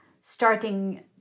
starting